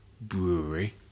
brewery